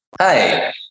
Hi